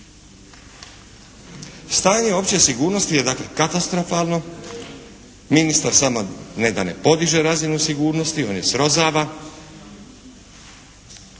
Stanje opće sigurnosti je dakle katastrofalno, ministar ne da ne podiže razinu sigurnosti, on je srozava,